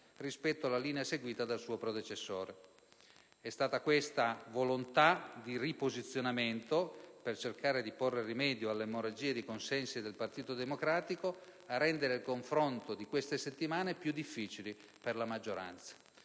rispetto alla linea seguita dal suo predecessore. È stata questa volontà di riposizionamento, per cercare di porre rimedio all'emorragia di consensi del Partito Democratico, a rendere il confronto di queste settimane più difficili per la maggioranza,